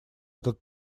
этот